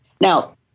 Now